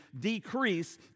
decrease